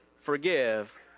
forgive